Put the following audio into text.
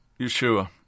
Yeshua